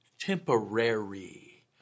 Temporary